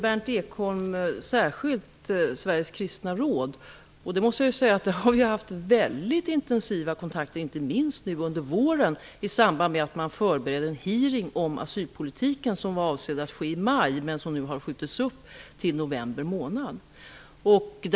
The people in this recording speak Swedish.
Berndt Ekholm nämnde särskilt Sveriges kristna råd. Vi har haft mycket intensiva kontakter med Sveriges kristna råd, inte minst nu under våren i samband med förberedelser för en hearing om asylpolitiken. Den var avsedd att hållas i maj men har nu skjutits upp till i november månad.